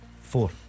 Four